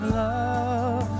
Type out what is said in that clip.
love